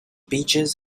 beaches